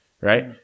Right